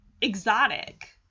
exotic